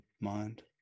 mind